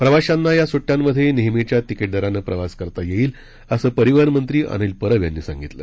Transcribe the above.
प्रवाशांना या सुट्यांमधे नेहमीच्या तिकीटदरानं प्रवास करता येईल असं परिवहन मंत्री अनिल परब यांनी सांगितलं